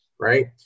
Right